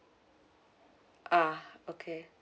ah okay